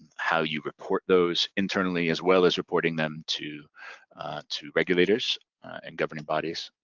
how you report those internally as well as reporting them to to regulators and governing bodies.